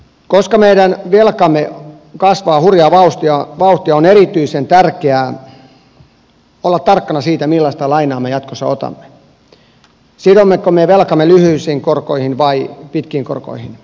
koska meidän velkamme kasvaa hurjaa vauhtia on erityisen tärkeää olla tarkkana siitä millaista lainaa me jatkossa otamme sidommeko me velkamme lyhyisiin korkoihin vai pitkiin korkoihin